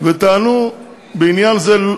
וטענו בעניין זה.